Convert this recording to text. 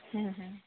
ᱦᱮᱸ ᱦᱮᱸ